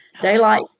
Daylight